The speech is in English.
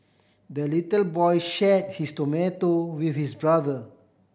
the little boy share his tomato with his brother